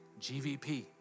GVP